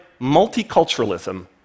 multiculturalism